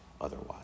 otherwise